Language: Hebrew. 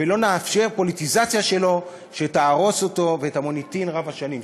לא נאפשר פוליטיזציה שלו שתהרוס אותו ואת המוניטין רב-השנים שלו.